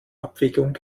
abwägung